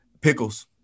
pickles